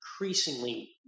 increasingly